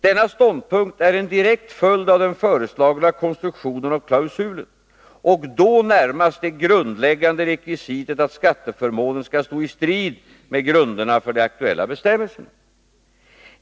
Denna ståndpunkt är en direkt följd av den föreslagna konstruktionen av klausulen och då närmast det grundläggande rekvisitet att skatteförmånen skall stå i strid med grunderna för de aktuella bestämmelserna.